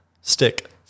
Stick